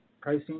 pricing